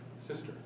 sister